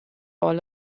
all